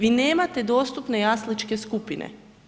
Vi nemate dostupne jasličke skupine.